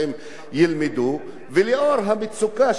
ולאור המצוקה שאנחנו נמצאים בה,